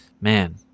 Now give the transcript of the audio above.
man